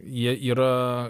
jie yra